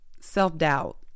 self-doubt